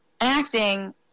acting